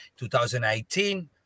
2018